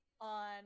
on